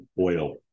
oil